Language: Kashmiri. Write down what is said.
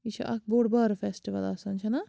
یہِ چھُ اَکھ بوٚڑ بارٕ فیٚسٹِول آسان چھُ نا